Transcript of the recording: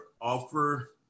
offer